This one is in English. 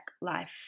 life